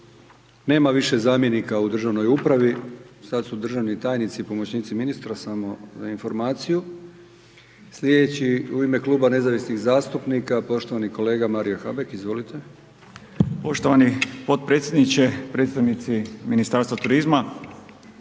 Nema više zamjenika u državnoj upravi, sad su državni tajnici i pomoćnici ministra, samo za informaciju. Slijedeći u ime Kluba nezavisnih zastupnika poštovani kolega Mario Habek, izvolite. **Habek, Mario (Nezavisni)** Poštovani potpredsjedniče, predstavnici Ministarstva turizma.